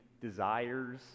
desires